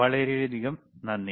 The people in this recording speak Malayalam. വളരെയധികം നന്ദി